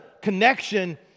connection